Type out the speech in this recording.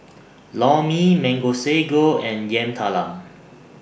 Lor Mee Mango Sago and Yam Talam